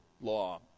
law